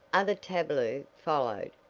other tableaux followed,